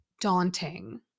daunting